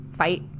fight